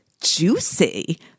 juicy